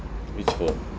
which one